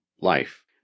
life